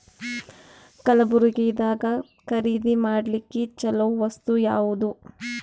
ಕಲಬುರ್ಗಿದಾಗ ಖರೀದಿ ಮಾಡ್ಲಿಕ್ಕಿ ಚಲೋ ವಸ್ತು ಯಾವಾದು?